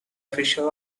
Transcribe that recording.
official